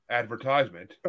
advertisement